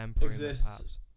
exists